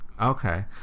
Okay